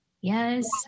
yes